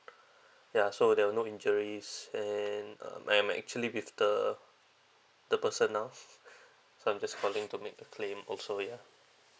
ya so there were no injuries and um I'm actually with the the person now so I'm just calling to make a claim also ya